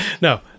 no